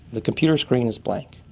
the computer screen is blank.